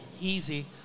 easy